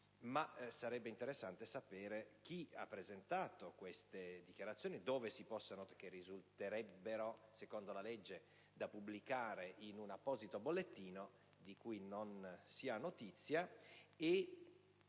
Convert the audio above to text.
ma sarebbe interessante sapere chi ha presentato queste dichiarazioni e dove si possono trovare, perché, secondo la legge, andrebbero pubblicate in un apposito bollettino, di cui non si ha notizia.